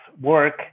work